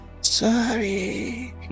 Sorry